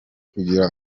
kugira